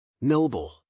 Noble